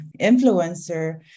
influencer